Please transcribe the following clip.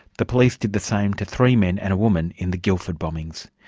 the police did the same to three men and a woman in the guildford bombings.